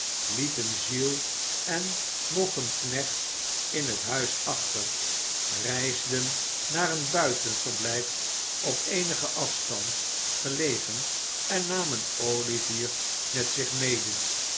lieten giles en nog een knecht in het huis achter reisden naar een buitenverblijf op eenigen afstand gelegen en namen o ivier met zich mede